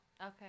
Okay